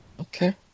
Okay